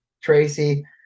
Tracy